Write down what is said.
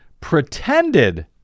pretended